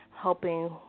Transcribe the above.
helping